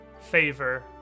favor